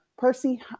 Percy